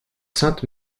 sainte